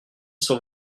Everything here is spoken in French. sans